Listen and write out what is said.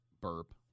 burp